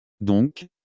Donc